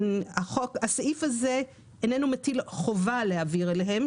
הסעיף הזה איננו מטיל חובה להעביר אליהם.